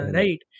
right